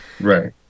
Right